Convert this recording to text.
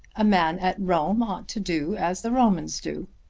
a man at rome ought to do as the romans do.